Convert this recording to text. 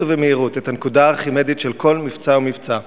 ובמהירות את הנקודה הארכימדית של כל מבצע ומבצע.